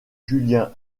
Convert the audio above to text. julien